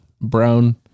brown